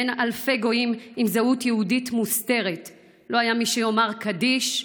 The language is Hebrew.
בין אלפי גויים עם זהות יהודית מוסתרת לא היה מי שיאמר קדיש,